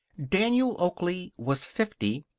daniel oakley was fifty,